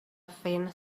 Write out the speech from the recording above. thin